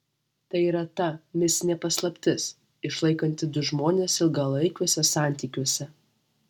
tai yra ta mistinė paslaptis išlaikanti du žmones ilgalaikiuose santykiuose